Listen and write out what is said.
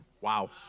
Wow